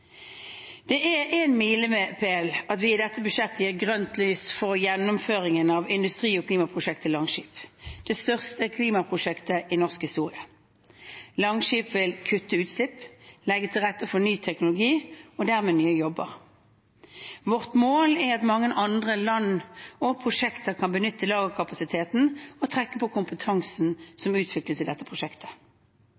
Det er en milepæl at vi i dette budsjettet gir grønt lys for gjennomføringen av industri- og klimaprosjektet Langskip – det største klimaprosjektet i norsk historie. Langskip vil kutte utslipp, legge til rette for ny teknologi og dermed nye jobber. Vårt mål er at mange andre land og prosjekter kan benytte lagerkapasiteten og trekke på kompetansen